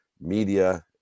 media